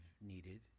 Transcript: needed